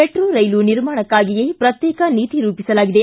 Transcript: metro ರೈಲು ನಿರ್ಮಾಣಕ್ಕಾಗಿಯೇ ಪ್ರತ್ಯೇಕ ನೀತಿ ರೂಪಿಸಲಾಗಿದೆ